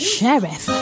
Sheriff